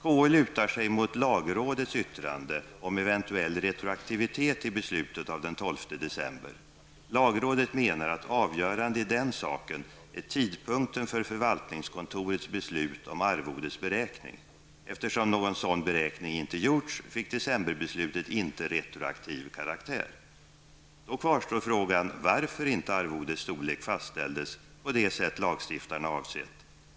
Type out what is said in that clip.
KU lutar sig mot lagrådets yttrande om eventuell retroaktivitet i beslutet av den 12 december. Lagrådet menar att avgörande i den saken är tidpunkten för förvaltningskontorets beslut om arvodets beräkning. Eftersom någon sådan beräkning inte gjorts fick decemberbeslutet inte retroaktiv karaktär. Då kvarstår frågan varför inte arvodets storlek fastställdes på det sätt lagstiftarna avsett.